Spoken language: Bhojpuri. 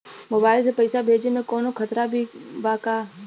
मोबाइल से पैसा भेजे मे कौनों खतरा भी बा का?